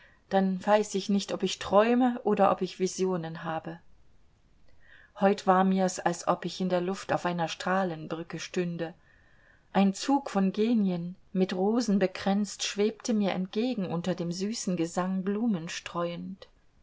dann weiß ich nicht ob ich träume oder ob ich visionen habe heut war mir's als ob ich in der luft auf einer strahlenbrücke stünde ein zug von genien mit rosen bekränzt schwebte mir entgegen unter süßem gesang blumen streuend